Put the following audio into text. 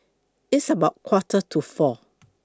its about Quarter to four